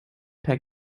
per